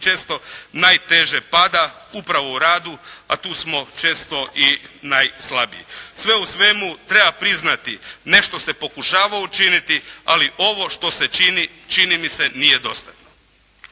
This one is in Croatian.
često najteže pada upravo u radu, a tu smo često i najslabiji. Sve u svemu treba priznati nešto se pokušava učiniti, ali ovo što se čini, čini mi se nije dostatno.